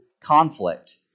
conflict